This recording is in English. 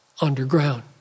underground